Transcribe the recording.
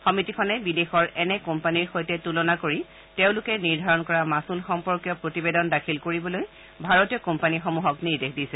সমিতিখনে বিদেশৰ এনে কোম্পানীৰ সৈতে তুলনা কৰি তেওঁলোকে নিৰ্ধাৰণ কৰা মাচুল সম্পৰ্কীয় প্ৰতিবেদন শীঘ্ৰে দাখিল কৰিবলৈ ভাৰতীয় কোম্পানীসমূহক নিৰ্দেশ দিছে